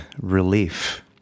relief